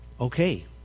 okay